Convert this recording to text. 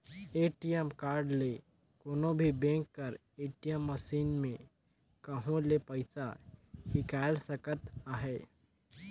ATM card ले कोनो भी बेंक कर ए.टी.एम मसीन में कहों ले पइसा हिंकाएल सकत अहे